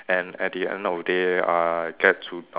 and at the end of the day I get to